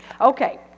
Okay